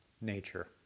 nature